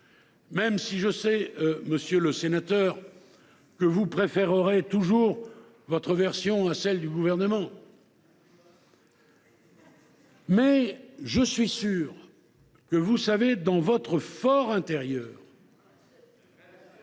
même si je sais, monsieur le sénateur, que vous préférerez toujours votre version à celle du Gouvernement. Cependant, je suis sûr que vous savez, dans votre for intérieur,